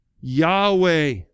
Yahweh